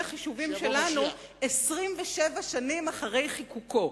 החישובים שלנו 27 שנים אחרי חיקוקו.